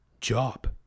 job